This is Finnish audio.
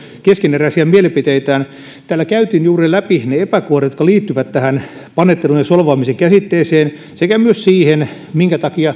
keskeneräisiä mielipiteitään täällä käytiin juuri läpi ne epäkohdat jotka liittyvät tähän panettelun ja solvaamisen käsitteeseen sekä myös siihen minkä takia